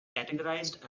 categorized